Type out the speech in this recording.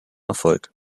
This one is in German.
erfolg